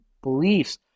beliefs